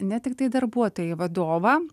ne tiktai darbuotojai vadovą